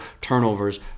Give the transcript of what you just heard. turnovers